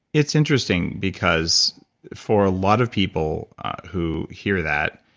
it's interesting because for a lot of people who hear that,